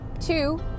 Two